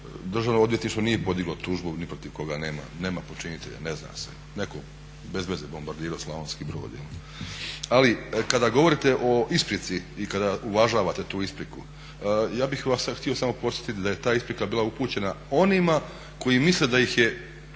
Državno odvjetništvo nije podiglo tužbu ni protiv koga, nema počinitelja, ne zna se. Netko bezveze bombardirao Slavonski Brod. Ali kada govorite o isprici i kada uvažavate tu ispriku, ja bih vas htio samo podsjetiti da je ta isprika bila upućena onima koji misle da ih je